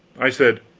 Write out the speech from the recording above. i said,